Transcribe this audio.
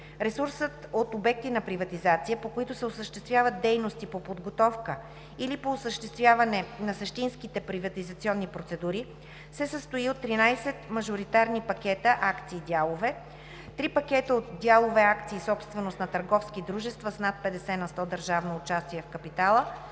ресурсът от обекти на приватизация, по които се осъществяват дейности по подготовката или по осъществяване на същинските приватизационни процедури, се състои от 13 мажоритарни пакета акции/дялове; 3 пакета от дялове/акции, собственост на търговски дружества с над 50 на сто държавно участие в капитала